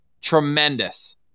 tremendous